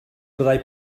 byddai